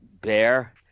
Bear